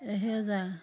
এহেজাৰ